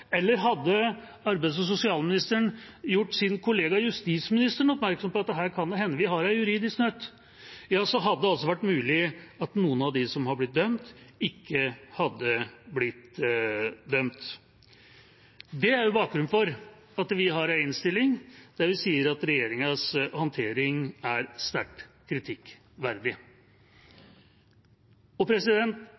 eller hadde arbeids- og sosialministeren gjort sin kollega justisministeren oppmerksom på at her kan det hende vi har en juridisk nøtt, så hadde det vært mulig at noen av dem som har blitt dømt, ikke hadde blitt det. Det er bakgrunnen for at vi har en innstilling der vi sier at regjeringas håndtering er sterkt kritikkverdig.